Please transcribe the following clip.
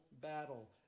battle